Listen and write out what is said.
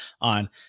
on